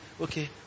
okay